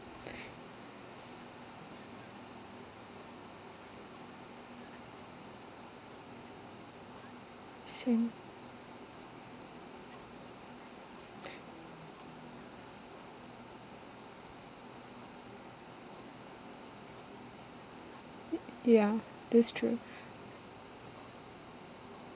same ya that's true